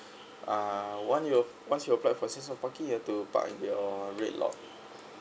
uh one you once you apply for season parking you have to park in your red lot